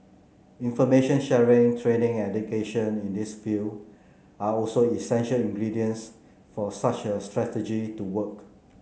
information sharing training education in this field are also essential ingredients for such a strategy to work